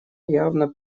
явно